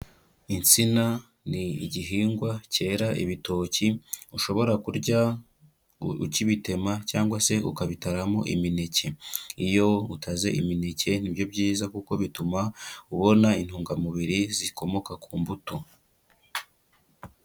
Insina ni igihingwa cyera ibitoki ushobora kurya ukibitema cyangwa se ukabitaramo imineke. Iyo utaze imineke ni byo byiza kuko bituma ubona intungamubiri zikomoka ku mbuto.